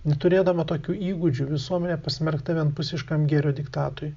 neturėdama tokių įgūdžių visuomenė pasmerkta vienpusiškam gėrio diktatui